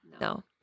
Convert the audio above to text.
No